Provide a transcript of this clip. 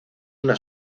una